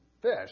fish